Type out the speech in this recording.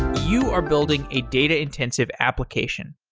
you are building a data-intensive application.